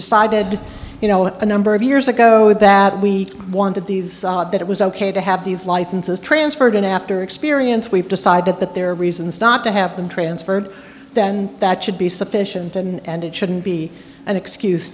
decided you know a number of years ago would that we wanted these that it was ok to have these licenses transfer going after experience we've decided that there are reasons not to have them transferred then that should be sufficient and it shouldn't be an excuse